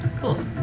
Cool